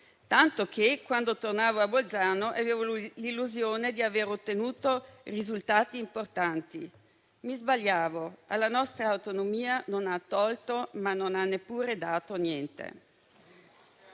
tanto che quando tornava a Bolzano aveva l'illusione di aver ottenuto risultati importanti. Ma capì che si sbagliava: alla nostra autonomia non ha tolto, ma non ha neppure dato niente.